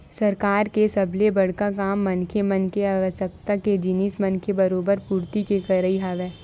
सरकार के सबले बड़का काम मनखे मन के आवश्यकता के जिनिस मन के बरोबर पूरति के करई हवय